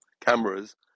cameras